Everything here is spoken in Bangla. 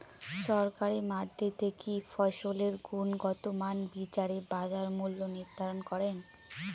সরকারি মান্ডিতে কি ফসলের গুনগতমান বিচারে বাজার মূল্য নির্ধারণ করেন?